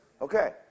Okay